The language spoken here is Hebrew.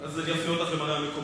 אני אפנה אותך למראי המקומות.